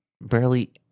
barely